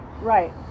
Right